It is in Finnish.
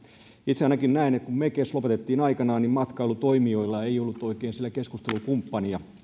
itse ainakin näen että kun mek lopetettiin aikanaan niin matkailutoimijoilla ei ollut oikein keskustelukumppania